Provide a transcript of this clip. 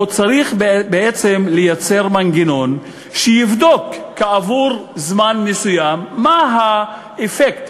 או שצריך בעצם לייצר מנגנון שיבדוק כעבור זמן מסוים מה האפקט,